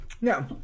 No